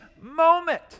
moment